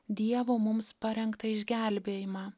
dievo mums parengtą išgelbėjimą